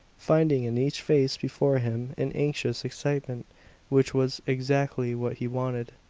finding in each face before him an anxious excitement which was exactly what he wanted.